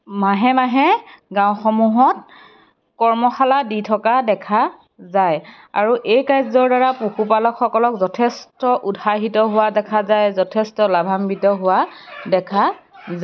মাহে মাহে গাওঁসমূহত কৰ্মশালা দি থকা দেখা যায় আৰু এই কাৰ্য্যৰদ্বাৰা পশুপালকসকলক যথেষ্ট উৎসাহিত হোৱা দেখা যায় যথেষ্ট লাভাম্বিত হোৱা দেখা যায়